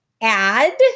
add